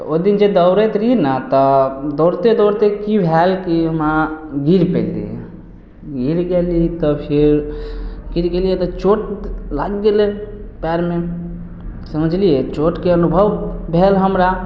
ओ दिन जे दौड़ैत रहियै ने तऽ दौड़ते दौड़ते कि भेल कि हम अऽ गिर पड़ि गेलियै गिर गेली तऽ फेर गिर गेलियै तऽ चोट लागि गेलय पयरमे समझलियै चोटके अनुभव भेल हमरा